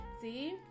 See